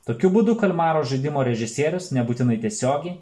tokiu būdu kalmaro žaidimo režisierius nebūtinai tiesiogiai